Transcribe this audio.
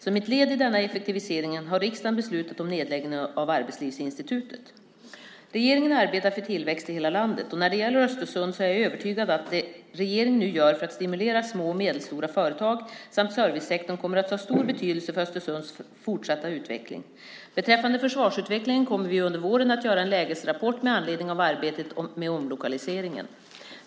Som ett led i denna effektivisering har riksdagen beslutat om nedläggningen av Arbetslivsinstitutet. Regeringen arbetar för tillväxt i hela landet. När det gäller Östersund är jag övertygad om att det regeringen nu gör för att stimulera små och medelstora företag samt servicesektorn kommer att ha stor betydelse för Östersunds fortsatta utveckling. Beträffande försvarsomställningen kommer vi under våren att göra en lägesrapport med anledning av arbetet med omlokaliseringen.